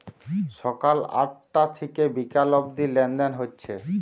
সকাল আটটা থিকে বিকাল অব্দি লেনদেন হচ্ছে